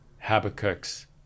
Habakkuk's